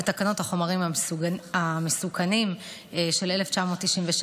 ותקנות החומרים המסוכנים מ-1996.